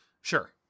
Sure